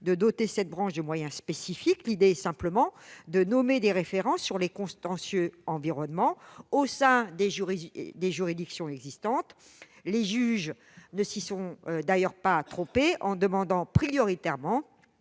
de doter ces structures de moyens spécifiques ; l'idée est simplement de nommer des référents pour les contentieux environnementaux au sein des juridictions existantes. Les juges ne s'y sont d'ailleurs pas trompés : ils demandent en priorité une